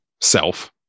self